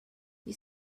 you